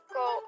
go